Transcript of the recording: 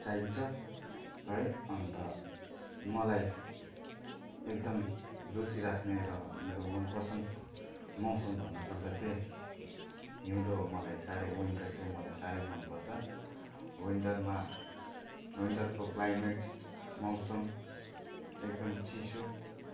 चाहिन्छ है अन्त मलाई एकदम रुचि राख्ने र मेरो मनपसन्द मौसम भन्नुपर्दा चाहिँ हिउँदो हो मलाई साह्रै विन्टर चाहिँ मलाई साह्रै मनपर्छ विन्टरमा विन्टरको क्लाइमेट मौसम एकदम चिसो